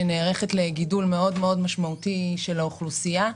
שנערכת לגידול משמעותי מאוד של האוכלוסייה,